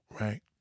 right